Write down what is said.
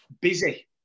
busy